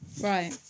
Right